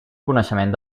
coneixement